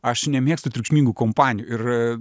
aš nemėgstu triukšmingų kompanijų ir